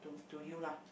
to you lah